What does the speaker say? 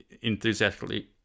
enthusiastically